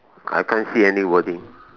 I can't see any wording